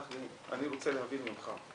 אני רוצה להבין אותך,